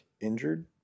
injured